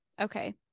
okay